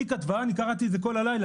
היא כתבה ואני קראתי את זה כל הלילה